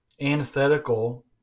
antithetical